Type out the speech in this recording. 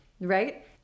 right